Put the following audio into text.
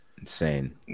Insane